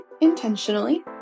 intentionally